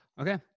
okay